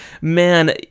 Man